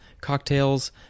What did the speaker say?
cocktails